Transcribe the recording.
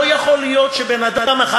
לא יכול להיות שבן-אדם אחד,